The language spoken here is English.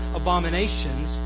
abominations